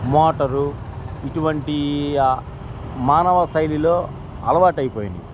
motor ఇటువంటి మానవ శైలిలో అలవాటయిపోయిందియి